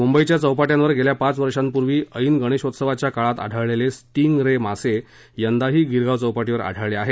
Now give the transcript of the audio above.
मुंबईच्या चौपाट्यांवर गेल्या पाच वर्षापूर्वी ऐन गणेशोत्सवाच्या काळात आढळलेले स्टिंग रे मासे यंदाही गिरगाव चौपाटीवर आढळले आहेत